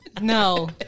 No